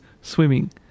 swimming